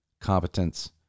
competence